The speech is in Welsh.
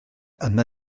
yna